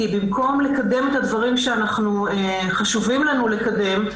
כי במקום לקדם את הדברים שחשוב לנו לקדם,